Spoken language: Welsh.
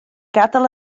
gadael